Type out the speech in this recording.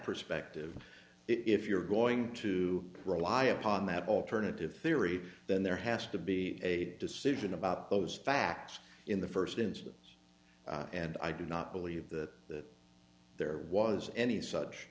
perspective if you're going to rely upon that alternative theory then there has to be a decision about those facts in the first instance and i do not believe that there was any such